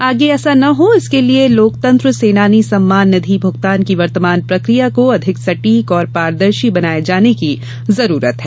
आगे ऐसा न हो इसके लिए लोकतंत्र सेनानी सम्मान निधि भुगतान की वर्तमान प्रक्रिया को अधिक सटीक और पारदर्शी बनाये जाने की आवश्यकता है